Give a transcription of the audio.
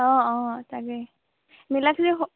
অঁ অঁ তাকে